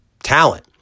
talent